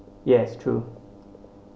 yes true